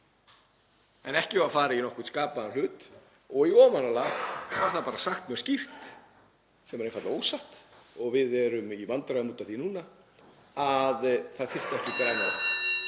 Ekki var farið í nokkurn skapaðan hlut og í ofanálag var það bara sagt mjög skýrt, sem er einfaldlega ósatt, og við erum í vandræðum út af því núna, að það þyrfti ekki græna